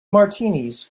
martinis